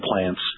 plants